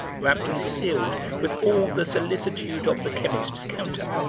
wrapped and sealed with all the solicitude of the chemist's counter,